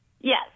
Yes